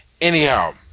Anyhow